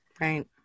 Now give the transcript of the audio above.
Right